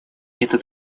это